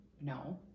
No